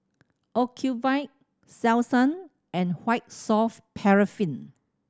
Ocuvite Selsun and White Soft Paraffin